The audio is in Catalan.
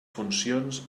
funcions